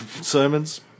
sermons